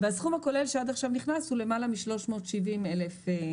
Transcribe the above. והסכום הכולל שעד עכשיו נכנס הוא למעלה מ-370 מיליון.